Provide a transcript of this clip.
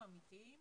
מהותיים-אמיתיים